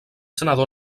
senador